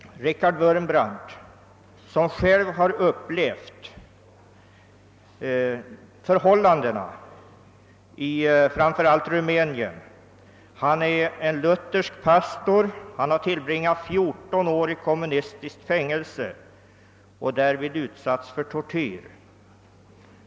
Richard Wurmbrand, som själv har upplevt de kristnas förhållanden i framför allt Rumänien, är luthersk pastor. Han har tillbringat 14 år i kommunistiskt fängelse, och han har därvid i Rumänien utsatts för tortyr.